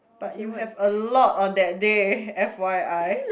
but you have a lot on that day f_y_i